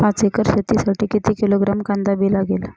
पाच एकर शेतासाठी किती किलोग्रॅम कांदा बी लागेल?